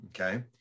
okay